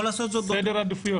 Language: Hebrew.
סדר עדיפויות.